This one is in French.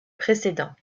précédent